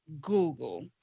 Google